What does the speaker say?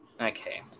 Okay